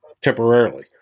temporarily